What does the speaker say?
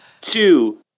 two